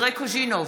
אנדרי קוז'ינוב,